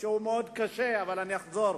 שהוא מאוד קשה, אבל אני אחזור,